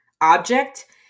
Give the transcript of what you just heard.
object